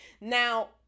now